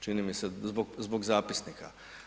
Čini mi se zbog zapisnika.